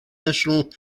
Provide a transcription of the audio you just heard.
national